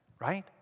right